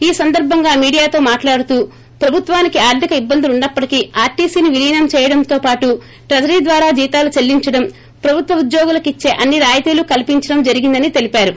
ఈ సందర్బంగా మీడియాతో మాట్లాడుతూ ప్రభుత్వానికి ఆర్ధిక ఇబ్బందులున్నప్పటికీ ఆర్టీసీని విలీనం చేయడంతో పాటు ట్రిజరీ ద్వారా జీతాలు చెల్లించడం ప్రభుత్వ ఉద్యోగులకిచ్చే అన్ని రాయితీలు కల్సించడం జరిగిందని తెలిపారు